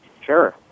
Sure